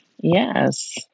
Yes